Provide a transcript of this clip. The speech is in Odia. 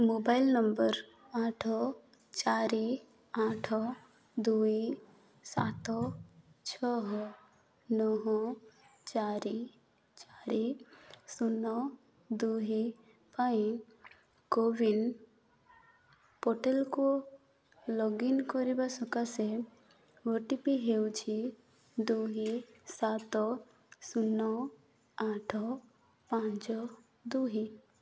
ମୋବାଇଲ୍ ନମ୍ବର ଆଠ ଚାରି ଆଠ ଦୁଇ ଚାରି ଛଅ ନଅ ଚାରି ଚାରି ଶୂନ ଦୁଇ ପାଇଁ କୋୱିନ୍ ପୋର୍ଟାଲ୍କୁ ଲଗ୍ଇନ୍ କରିବା ସକାଶେ ଓ ଟି ପି ହେଉଛି ଦୁଇ ସାତ ଶୂନ ଆଠ ପାଞ୍ଚ ଦୁଇ